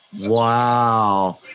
Wow